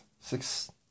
six